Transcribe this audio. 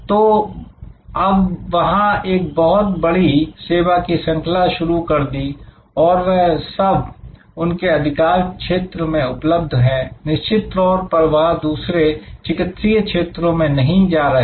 तो अब वहां एक बहुत बड़ी सेवा की श्रंखला शुरू कर दी और वह सब उनके अधिकार क्षेत्र में उपलब्ध है निश्चित तौर पर वह दूसरे चिकित्सीय क्षेत्रों में नहीं जा रहे हैं